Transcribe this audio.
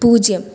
പൂജ്യം